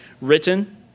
written